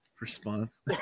response